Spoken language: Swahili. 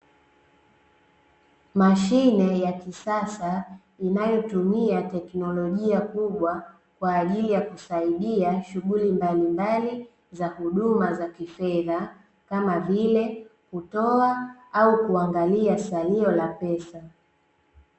Mashine ya kisasa inayotumia teknolojia kubwa kwa ajili ya kusaidia shughuli mbalimbali za huduma za kifedha kama vile, kutoa au kuangalia salio la pesa.